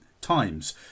times